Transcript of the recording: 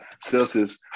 Celsius